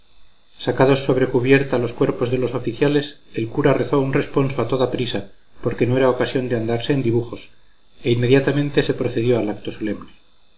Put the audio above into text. sacados sobre cubierta los cuerpos de los oficiales el cura rezó un responso a toda prisa porque no era ocasión de andarse en dibujos e inmediatamente se procedió al acto solemne